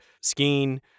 skiing